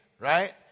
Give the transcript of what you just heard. right